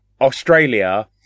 Australia